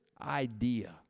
idea